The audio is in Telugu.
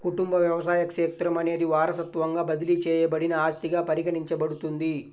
కుటుంబ వ్యవసాయ క్షేత్రం అనేది వారసత్వంగా బదిలీ చేయబడిన ఆస్తిగా పరిగణించబడుతుంది